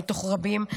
מתוך רבים,